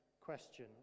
question